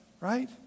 right